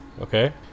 okay